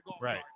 Right